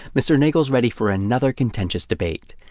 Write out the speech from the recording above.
mr. neagle's ready for another contentious debate.